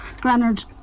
Granard